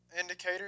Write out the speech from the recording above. indicator